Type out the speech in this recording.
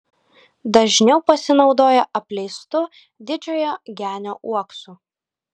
dažniau pasinaudoja apleistu didžiojo genio uoksu